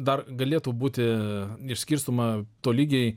dar galėtų būti išskirstoma tolygiai